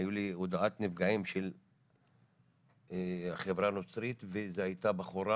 היו לי הודעת נפגעים של חברה נוצרית וזאת הייתה בחורה